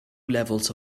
levels